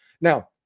Now